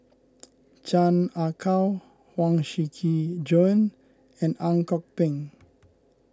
Chan Ah Kow Huang Shiqi Joan and Ang Kok Peng